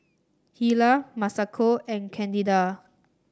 Hilah Masako and Candida